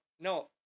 no